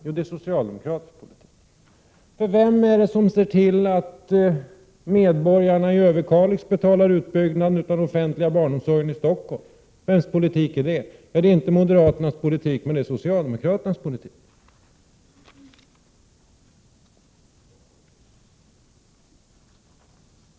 Jo, det är socialdemokraterna. Vem är det som ser till att medborgarna i Överkalix betalar utbyggnaden av den offentliga barnomsorgen i Stockholm? Vems politik är det? Det är inte moderaternas utan socialdemokraternas politik.